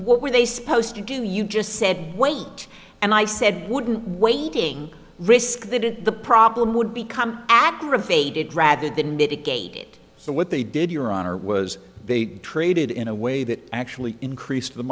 what were they supposed to do you just said wait and i said wouldn't waiting risk they did the problem would become aggravated rather than mitigated so what they did your honor was they traded in a way that actually increase